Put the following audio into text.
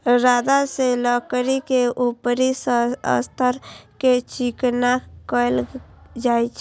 रंदा सं लकड़ी के ऊपरी सतह कें चिकना कैल जाइ छै